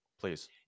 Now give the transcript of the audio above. Please